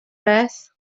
beth